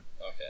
Okay